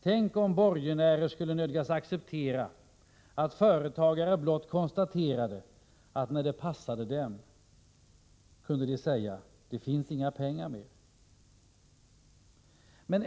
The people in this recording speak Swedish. Tänk om borgenärer skulle nödgas acceptera att företagare när det passade dem blott konstaterade att ”det finns inga pengar mer”!